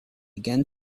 again